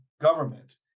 government